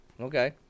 Okay